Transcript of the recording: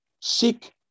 Seek